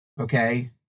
Okay